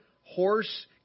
horse